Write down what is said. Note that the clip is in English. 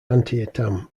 antietam